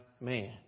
man